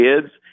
kids